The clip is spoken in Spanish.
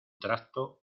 tracto